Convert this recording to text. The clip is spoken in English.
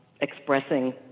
Expressing